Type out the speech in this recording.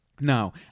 Now